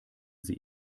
sie